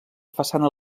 façana